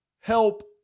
help